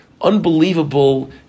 unbelievable